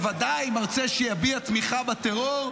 בוודאי מרצה שיביע תמיכה בטרור,